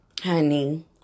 honey